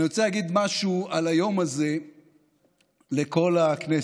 אני רוצה להגיד משהו על היום הזה לכל הכנסת.